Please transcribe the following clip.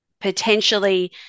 potentially